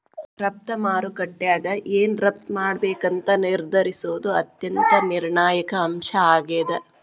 ರಫ್ತು ಮಾರುಕಟ್ಯಾಗ ಏನ್ ರಫ್ತ್ ಮಾಡ್ಬೇಕಂತ ನಿರ್ಧರಿಸೋದ್ ಅತ್ಯಂತ ನಿರ್ಣಾಯಕ ಅಂಶ ಆಗೇದ